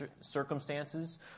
circumstances